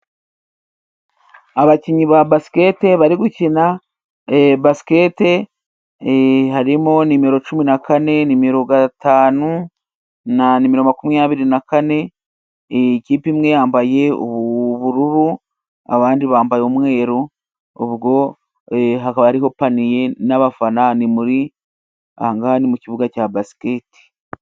Abakinnyi ba basikete bari gukina basikete, harimo nimero cumi na kane, nimero gatanu na nimero makumyabiri na kane. Ikipe imwe yambaye ubururu, abandi bambaye umweru. Ubwo haba hariho paniye n'abafana, aha ngaha ni mu kibuga cya basikete.